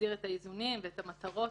מוסדרים האיזונים והמטרות.